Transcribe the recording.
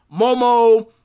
Momo